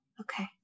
Okay